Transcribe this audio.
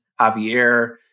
Javier